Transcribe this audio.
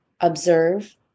observe